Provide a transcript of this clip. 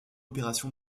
opérations